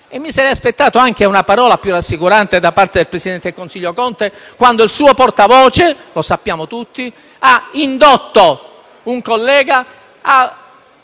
Mi sarei aspettato anche una parola più rassicurante da parte del presidente del Consiglio Conte quando il suo portavoce - lo sappiamo tutti - ha indotto un collega ad